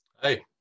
Hey